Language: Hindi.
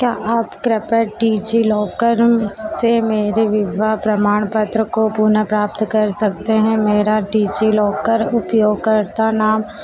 क्या आप प्रॉपर्टी ज़िलाकर्मी से मेरे विधवा प्रमाण पत्र को पुनः प्राप्त कर सकते हैं मेरा डिजीलाॅकर उपयोगकर्ता नाम